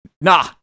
nah